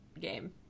game